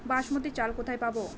বাসমতী চাল কোথায় পাবো?